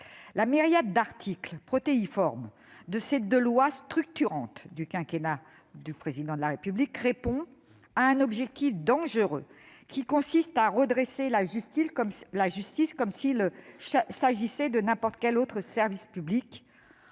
La myriade d'articles protéiformes de ces deux lois structurantes de ce quinquennat répond à un objectif dangereux, qui consiste à redresser la justice comme s'il s'agissait de n'importe quel autre service public,